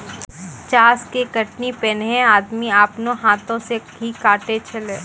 चास के कटनी पैनेहे आदमी आपनो हाथै से ही काटै छेलै